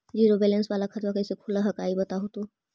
Zero balance वाला खतवा कैसे खुलो हकाई बताहो तो?